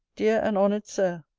dear and honoured sir,